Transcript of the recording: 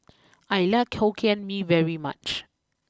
I like Hokkien Mee very much